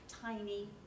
tiny